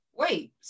Wait